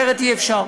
אחרת אי-אפשר.